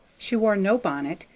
she wore no bonnet,